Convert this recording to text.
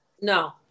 No